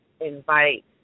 invite